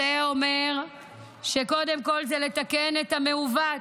זה אומר קודם כול לתקן את המעוות.